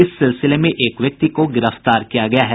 इस सिलसिले में एक व्यक्ति को गिरफ्तार किया गया है